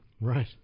Right